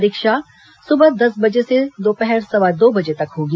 परीक्षा सुबह दस बजे से दोपहर सवा दो बजे तक होगी